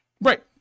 Right